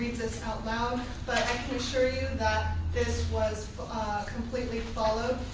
this out loud but i can assure you that this was ah completely followed.